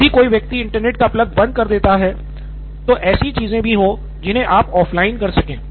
तो यदि कोई व्यक्ति इंटरनेट का प्लग बंद कर देता है तो ऐसी चीजें भी हो जिन्हें आप ऑफ़लाइन कर सकें